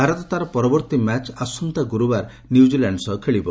ଭାରତ ତାର ପରବର୍ତ୍ତୀ ମ୍ୟାଚ୍ ଆସନ୍ତା ଗୁରୁବାର ନ୍ୟୁଜିଲାଣ୍ଡ ସହ ଖେଳିବ